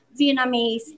Vietnamese